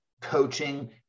coaching